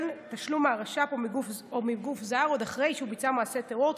תשלום מהרש"פ או מגוף זר עוד אחרי שביצע מעשה טרור,